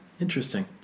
Interesting